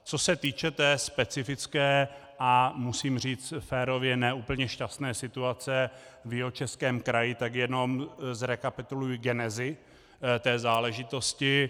Co se týče té specifické a musím říct férově ne úplně šťastné situace v Jihočeském kraji, tak jenom zrekapituluji genezi té záležitosti.